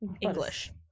English